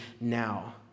now